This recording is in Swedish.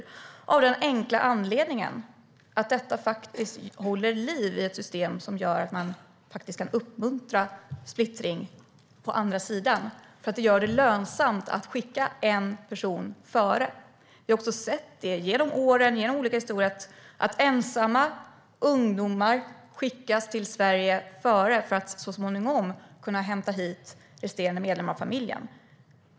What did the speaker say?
Det är av den enkla anledningen att det håller liv i ett system som gör att man kan uppmuntra splittring på andra sidan. Det gör det lönsamt att skicka en person före. Vi har också sett det genom åren och genom olika historier. Ensamma ungdomar skickas före till Sverige för att så småningom kunna hämta hit resterande medlemmar av familjen.